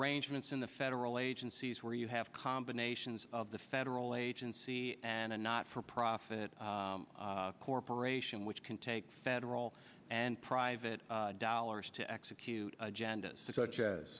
arrangements in the federal agencies where you have combinations of the federal agency and a not for profit corporation which can take federal and private dollars to execute agendas such as